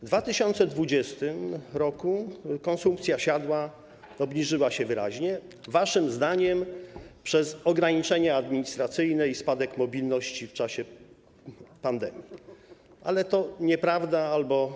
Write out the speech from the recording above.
W 2020 r. konsumpcja siadła, obniżyła się wyraźnie, waszym zdaniem przez ograniczenie administracyjne i spadek mobilności w czasie pandemii, ale to nieprawda albo